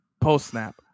post-snap